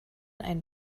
einen